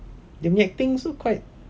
dia punya acting also quite